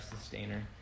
sustainer